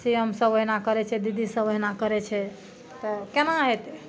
CM सब ओहिना करै छै दीदी सब ओहिना करै छै तऽ केना हेतै